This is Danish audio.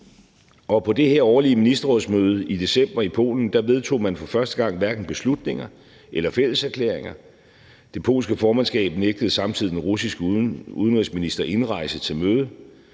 på det her årlige ministerrådsmøde i december i Polen vedtog man for første gang hverken beslutninger eller fælleserklæringer. Det polske formandskab nægtede samtidig den russiske udenrigsminister indrejse til mødet.